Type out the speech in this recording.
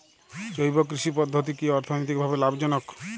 জৈব কৃষি পদ্ধতি কি অর্থনৈতিকভাবে লাভজনক?